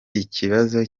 ikibazo